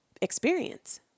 experience